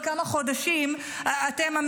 הרי ברור לנו שבעוד כמה חודשים אתם,